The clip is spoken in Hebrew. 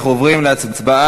אנחנו עוברים להצבעה,